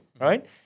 right